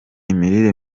imirire